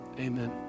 amen